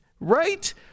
Right